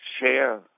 share